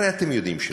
הרי אתם יודעים שלא.